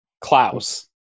Klaus